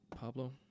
Pablo